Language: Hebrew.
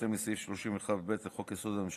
בהתאם לסעיף 31(ב) לחוק-יסוד: הממשלה,